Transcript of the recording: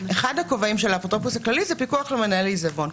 אחד הכובעים שלו זה פיקוח על מנהלי עיזבון.